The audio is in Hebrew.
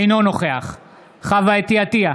אתי עטייה,